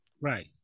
Right